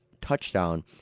touchdown